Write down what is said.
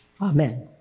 Amen